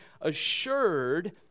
assured